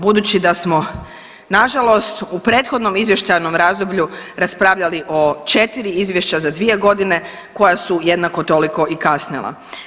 Budući da smo na žalost u prethodnom izvještajnom razdoblju raspravljali o 4 izvješća za 2 godine koja su jednako toliko i kasnila.